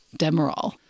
Demerol